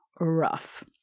rough